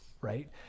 right